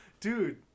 Dude